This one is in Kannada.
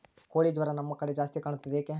ಕೋಳಿ ಜ್ವರ ನಮ್ಮ ಕಡೆ ಜಾಸ್ತಿ ಕಾಣುತ್ತದೆ ಏಕೆ?